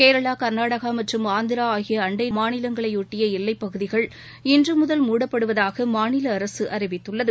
கேரளா கர்நாடகாமற்றும் ஆந்திராஆகியஅண்டைமாநிலங்களையொட்டியஎல்லைப் பகுதிகள் இன்றுமுதல் மூடப்படுவதாகமாநிலஅரசுஅறிவித்துள்ளது